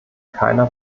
keiner